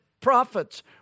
prophets